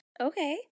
Okay